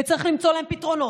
וצריך למצוא להן פתרונות,